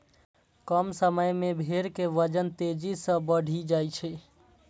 कम समय मे भेड़ के वजन तेजी सं बढ़ि जाइ छै